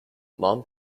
mom